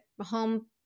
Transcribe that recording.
home